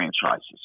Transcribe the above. franchises